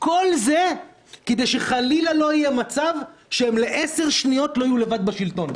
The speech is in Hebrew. כל זה כדי שחלילה לא יהיה מצב של-10 שניות הם לא יהיה לבד בשלטון.